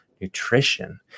nutrition